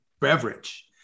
beverage